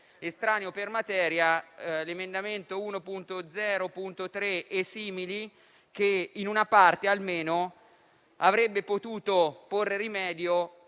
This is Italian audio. estraneo per materia l'emendamento 1.0.3 (e simili), che almeno in parte avrebbe potuto porre rimedio